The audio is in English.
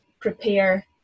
prepare